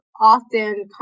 often